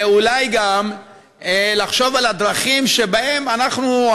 ואולי גם לחשוב על הדרכים שבהן אנחנו,